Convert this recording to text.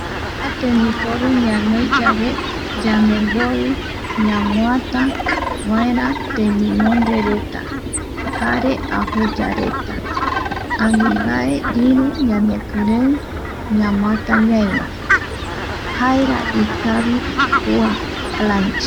Kua tembiporu ñanoi yave yandembori ñamoata vaera temimonde reta jare ajoya reta ani iru mbae ñanekirei ñamoata ñai vae, jaera ikavi kua plancha